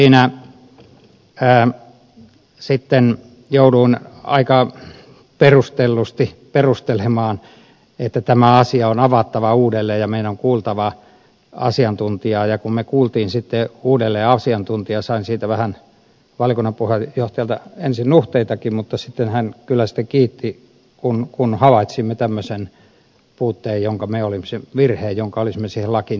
itsekin siinä sitten jouduin aika perustellusti perustelemaan että tämä asia on avattava uudelleen ja meidän on kuultava asiantuntijaa ja kun me kuulimme sitten uudelleen asiantuntijaa sain siitä vähän valiokunnan puheenjohtajalta ensin nuhteitakin mutta sitten hän kyllä kiitti kun havaitsimme tämmöisen virheen jonka olisimme siihen lakiin tehneet